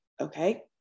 Okay